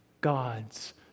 God's